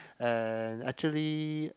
and actually